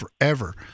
forever